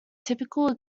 typical